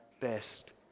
best